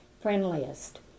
Friendliest